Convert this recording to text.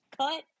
cut